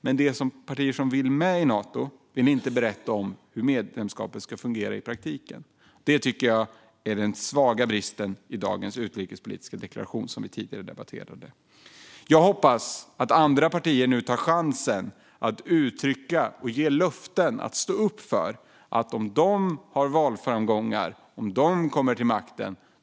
Men de partier som vill gå med i Nato vill inte berätta om hur medlemskapet ska fungera i praktiken. Det tycker jag är den stora bristen och svagheten i dagens utrikespolitiska deklaration som vi tidigare debatterade. Jag hoppas att andra partier nu tar chansen att uttrycka och ge löften som de kan stå upp för om de har valframgångar och om de kommer till makten.